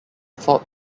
thought